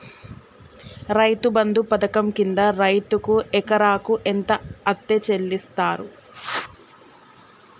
రైతు బంధు పథకం కింద రైతుకు ఎకరాకు ఎంత అత్తే చెల్లిస్తరు?